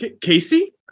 Casey